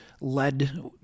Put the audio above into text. led